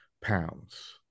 pounds